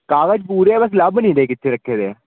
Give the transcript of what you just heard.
ਕਾਗਜ਼ ਪੂਰੇ ਲੱਭ ਨਹੀਂ ਰਹੇ ਕਿੱਥੇ ਰੱਖੇ ਵੇ ਆ